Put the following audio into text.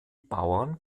bauern